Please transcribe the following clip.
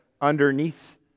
underneath